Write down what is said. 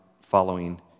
following